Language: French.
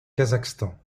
kazakhstan